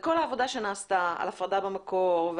כל העבודה שנעשתה על הפרדה במקור,